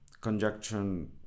conjunction